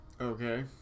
Okay